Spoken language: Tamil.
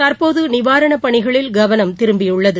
தற்போது நிவாரண பணிகளில் கவனம் திரும்பியுள்ளது